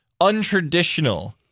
untraditional